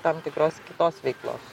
tam tikros kitos veiklos